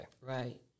Right